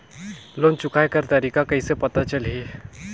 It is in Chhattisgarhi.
लोन चुकाय कर तारीक कइसे पता चलही?